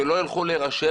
שלא יילכו להירשם,